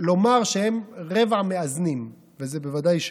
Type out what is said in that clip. לומר שהם רבע מאזנים, וזה בוודאי שלא.